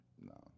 No